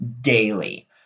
daily